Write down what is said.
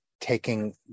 taking